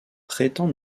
prétend